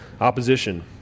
opposition